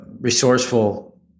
resourceful